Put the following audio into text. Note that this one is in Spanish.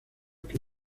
que